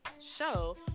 show